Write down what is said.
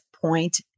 point